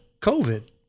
COVID